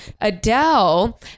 Adele